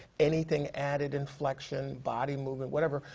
anything, added inflection, body movement, whatever,